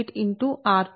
ఇది సమీకరణం 30